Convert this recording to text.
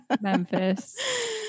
Memphis